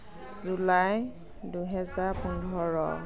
July দুহেজাৰ পোন্ধৰ